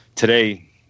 Today